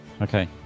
Okay